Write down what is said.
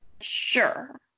sure